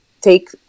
take